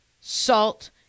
salt